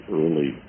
early